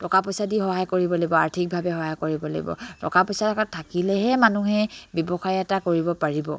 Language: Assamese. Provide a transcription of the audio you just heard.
টকা পইচা দি সহায় কৰিব লাগিব আৰ্থিকভাৱে সহায় কৰিব লাগিব টকা পইচা থাকিলেহে মানুহে ব্যৱসায় এটা কৰিব পাৰিব